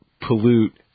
pollute